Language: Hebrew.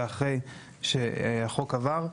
ואחרי שהחוק עבר,